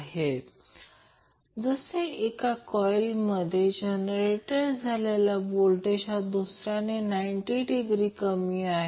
तर जर सोडवले तर आता ω0 5000 रेडियन पर सेकंड दिलेले आहे